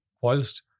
whilst